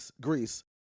Greece